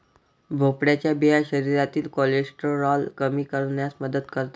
भोपळ्याच्या बिया शरीरातील कोलेस्टेरॉल कमी करण्यास मदत करतात